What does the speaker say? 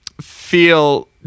feel